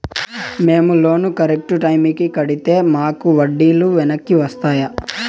మేము loan correct టైముకి కట్టితే మాకు వడ్డీ లు వెనక్కి వస్తాయా?